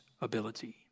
ability